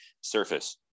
surface